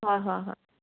ꯍꯣꯏꯍꯣꯏꯍꯣꯏ